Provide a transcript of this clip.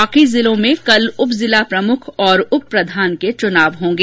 बाकि जिलों में कल उप जिला प्रमुख तथा उप प्रधान के चुनाव होंगे